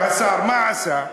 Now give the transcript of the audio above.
השר, מה עשה?